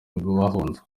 bahunze